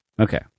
Okay